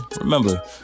remember